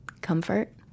comfort